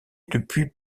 depuis